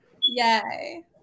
Yay